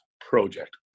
project